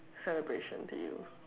celebration to you